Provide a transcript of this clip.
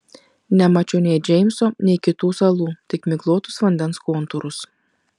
nemačiau nei džeimso nei kitų salų tik miglotus vandens kontūrus